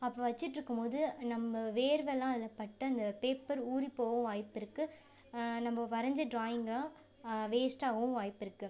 அப்போ வச்சுட்ருக்கும் போது நம்ம வேர்வலாம் அதில் பட்டு அந்த பேப்பர் ஊறி போக வாய்ப்பிருக்கு நம்ம வரஞ்ச ட்ராயிங்கை வேஸ்ட்டாகவும் வாய்ப்பிருக்கு